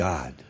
God